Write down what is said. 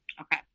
Okay